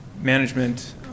management